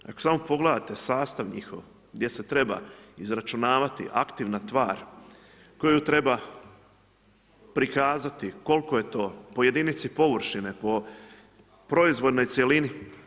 Ako samo pogledate sastav njihov gdje se treba izračunavati aktivna tvar koju treba prikazati koliko je to po jedinici površine, po proizvodnoj cjelini.